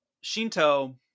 shinto